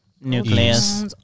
nucleus